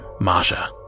masha